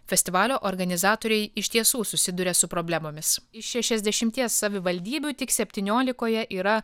festivalio organizatoriai iš tiesų susiduria su problemomis iš šešiasdešimties savivaldybių tik septyniolikoje yra